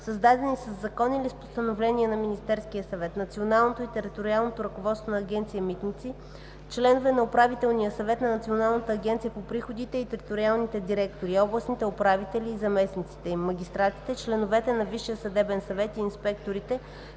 създадени със закон или с постановление на Министерския съвет, националното и териториалното ръководство на Агенция „Митници”, членове на Управителния съвет на Националната агенция по приходите и териториалните директори, областните управители и заместниците им, магистратите, членовете на Висшия съдебен съвет и инспекторите,